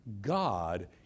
God